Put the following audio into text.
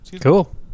Cool